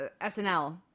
SNL